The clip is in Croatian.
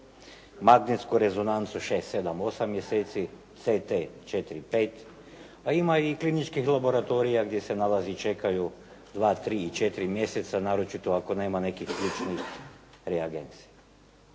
Magnetsku rezonancu 6, 7, 8 mjeseci, CT 4, 5, a ima i kliničkih laboratorija gdje se nalazi čekaju 2, 3 i 4 mjeseca, naročito ako nema nekih sličnih reagensa.